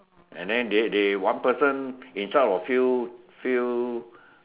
and then they they one person in charge of few few